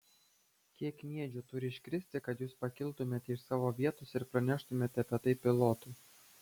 kiek kniedžių turi iškristi kad jūs pakiltumėte iš savo vietos ir praneštumėte apie tai pilotui